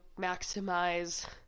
maximize